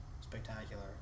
spectacular